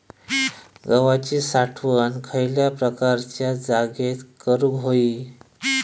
गव्हाची साठवण खयल्या प्रकारच्या जागेत करू होई?